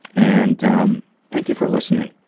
and um thank you for listening.